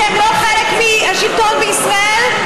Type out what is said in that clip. אתם לא חלק מהשלטון בישראל?